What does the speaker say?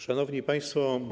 Szanowni Państwo!